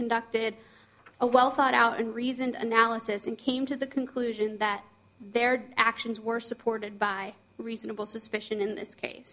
conducted a well thought out and reasoned analysis and came to the conclusion that their actions were supported by reasonable suspicion in